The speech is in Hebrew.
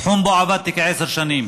תחום שבו עבדתי כעשר שנים,